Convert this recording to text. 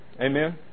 Amen